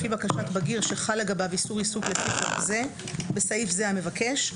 לפי בקשת בגיר שחל לגביו איסור עיסוק לפי חוק זה (בסעיף זה המבקש),